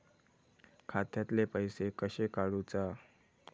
खात्यातले पैसे कशे काडूचा?